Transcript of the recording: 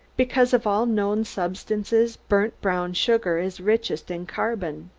because of all known substances burnt brown sugar is richest in carbon.